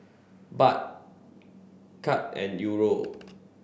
Baht Kyat and Euro